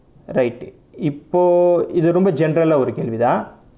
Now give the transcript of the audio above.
right இப்போ இது ரொம்ப:ippo ithu romba general ah ஒரு கேள்விதான்:oru kaelvithaan